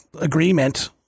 agreement